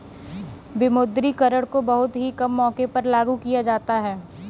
विमुद्रीकरण को बहुत ही कम मौकों पर लागू किया जाता है